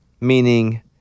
Meaning